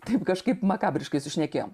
taip kažkaip makabriškai sušnekėjom